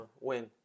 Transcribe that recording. win